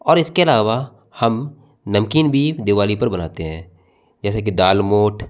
और इसके अलावा हम नमकीन भी दिवाली पर बनाते हैं जैसे कि दालमोठ